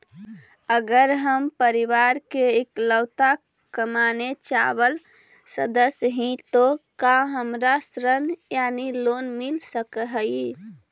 अगर हम परिवार के इकलौता कमाने चावल सदस्य ही तो का हमरा ऋण यानी लोन मिल सक हई?